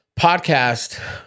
podcast